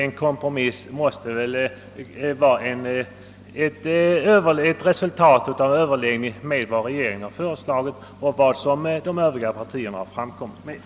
En kompromiss i denna fråga borde väl vara resultatet av regeringens förslag och vad de övriga partierna anfört.